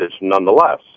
nonetheless